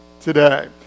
today